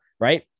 right